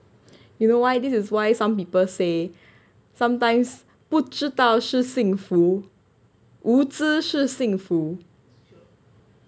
you know why this is why some people say sometimes 不知道是幸福无知是幸福